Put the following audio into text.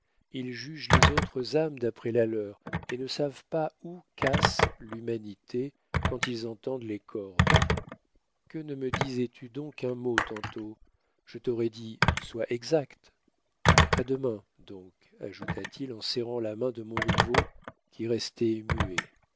ils jugent les autres âmes d'après la leur et ne savent pas où casse l'humanité quand ils en tendent les cordes que ne me disais-tu donc un mot tantôt je t'aurais dit sois exact a demain donc ajouta-t-il en serrant la main de montriveau qui restait muet